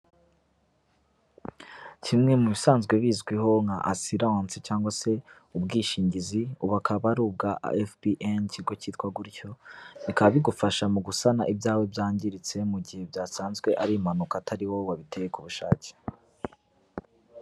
Kimwe mu bisanzwe bizwiho nka asiranse cyangwa se ubwishingizi ubu akaba ari ubwa FBN, ikigo cyitwa gutyo bikaba bigufasha mu gusana ibyawe byangiritse mu gihe byasanzwe ari impanuka atari wowe wabiteye ku bushake.